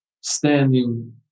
standing